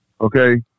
okay